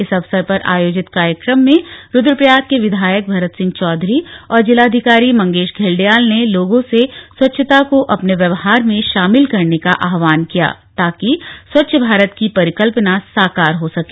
इस अवसर पर आयोजित कार्यक्रम में रूद्रप्रयाग के विधायक भरत सिंह चौधरी और जिलाधिकारी मंगेश घिल्डियाल ने लोगों से स्वच्छता को अपने व्यवहार में शामिल करने का आहवान किया ताकि स्वच्छ भारत की परिकल्पना साकार हो सके